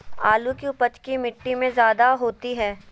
आलु की उपज की मिट्टी में जायदा होती है?